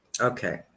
okay